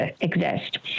exist